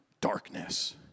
darkness